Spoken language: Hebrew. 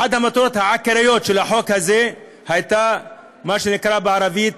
אחת המטרות העיקריות של החוק הזה הייתה מה שנקרא בערבית: